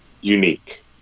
unique